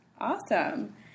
Awesome